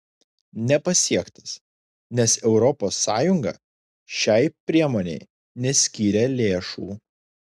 nepasiektas nes europos sąjunga šiai priemonei neskyrė lėšų